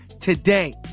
today